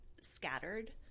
scattered